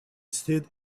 stood